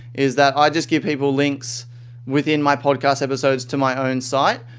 is that i just give people links within my podcast episodes to my own site.